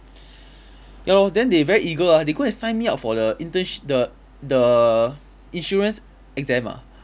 ya lor then they very eager ah they go and sign me up for the internsh~ the the insurance exam ah